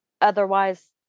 Otherwise